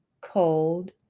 cold